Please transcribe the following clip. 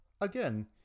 again